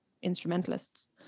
instrumentalists